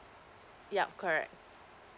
yup correct